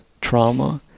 trauma